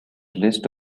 list